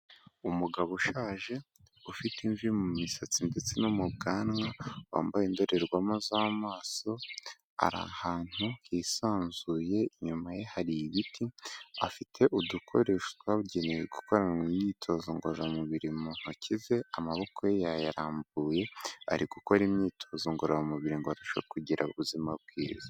Umugabo ushaje ufite imvi mu misatsi ndetse no mu bwanwa wambaye indorerwamo z'amaso, ari ahantu hisanzuye, inyuma ye hari ibiti. Afite udukoresho twabugenewe gu gukora mu myitozo ngororamubiri mu ntoki ze, amaboko ye yayarambuye; ari gukora imyitozo ngororamubiri ngo arushaho kugira ubuzima bwiza.